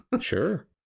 Sure